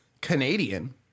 Canadian